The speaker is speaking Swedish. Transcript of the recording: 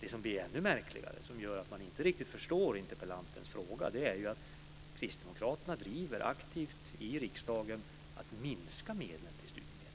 Det som blir ännu märkligare, som gör att man inte riktig förstår interpellantens fråga är att kristdemokraterna i riksdagen aktivt driver frågan att minska medlen till studiemedel.